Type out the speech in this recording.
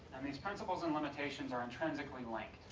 that means principles and limitations are intrinsically linked.